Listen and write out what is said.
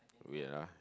wait lah